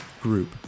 group